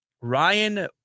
Ryan